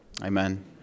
Amen